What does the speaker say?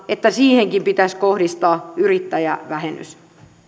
että niihinkin pitäisi kohdistaa yrittäjävähennys